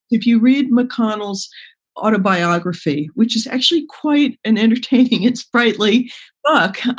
if you read mcconnell's autobiography, which is actually quite an entertaining and sprightly book,